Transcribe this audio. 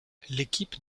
l’équipe